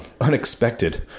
unexpected